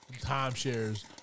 timeshares